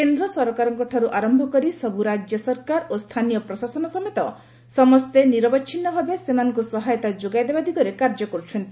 କେନ୍ଦ୍ର ସରକାରଙ୍କଠାରୁ ଆରମ୍ଭ କରି ସବୁ ରାଜ୍ୟ ସରକାର ସ୍ଥାନୀୟ ପ୍ରଶାସନ ପର୍ଯ୍ୟନ୍ତ ସମସ୍ତେ ନିରବଚ୍ଛିନ୍ନ ଭାବେ ସେମାନଙ୍କୁ ସହାୟତା ଯୋଗାଇଦେବା ଦିଗରେ କାର୍ଯ୍ୟ କରୁଛନ୍ତି